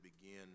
begin